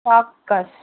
ચોક્કસ